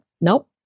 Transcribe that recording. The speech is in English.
nope